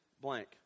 blank